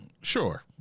Sure